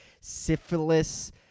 syphilis